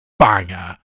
banger